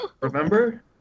Remember